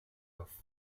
off